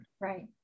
right